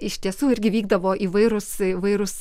iš tiesų irgi vykdavo įvairūs įvairūs